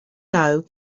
know